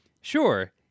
Sure